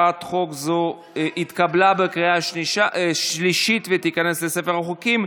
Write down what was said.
הצעת חוק זו התקבלה בקריאה שלישית ותיכנס לספר החוקים.